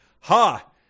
Ha